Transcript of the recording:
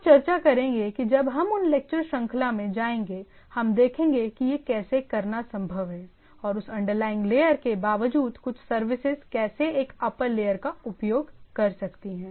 हम चर्चा करेंगे कि जब हम उन लेक्चर श्रृंखला में जाएंगे हम देखेंगे की यह कैसे करना संभव है और उस अंडरलाइनग लेयर के बावजूद कुछ सर्विसेज कैसे एक अप्पर लेयर का उपयोग कर सकती हैं